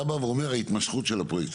אתה בא ואומר ההימשכות של הפרויקט,